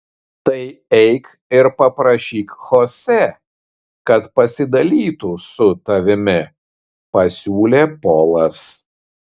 tai eik ir paprašyk chosė kad pasidalytų su tavimi pasiūlė polas